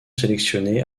sélectionné